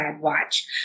watch